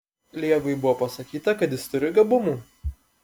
liegui buvo pasakyta kad jis turi gabumų